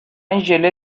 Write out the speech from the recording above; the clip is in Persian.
ژله